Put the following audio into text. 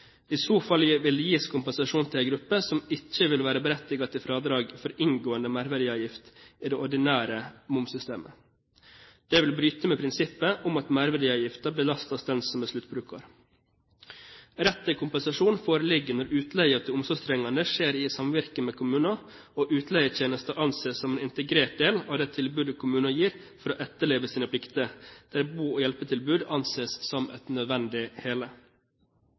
I så fall vil det gis kompensasjon til en gruppe som ikke vil være berettiget til fradrag for inngående merverdiavgift i det ordinære momssystemet. Det vil bryte med prinsippet om at merverdiavgiften belastes den som er sluttbruker. Rett til kompensasjon foreligger når utleien til omsorgstrengende skjer i samvirke med kommunen og utleietjenesten anses som en integrert del av det tilbudet kommunen gir for å etterleve sine plikter, der bo- og hjelpetilbud anses som et nødvendig hele.